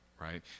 right